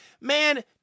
man